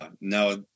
now